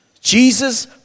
Jesus